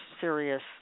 serious